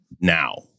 now